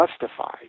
justified